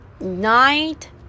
night